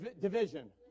division